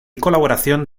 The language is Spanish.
colaboración